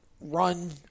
run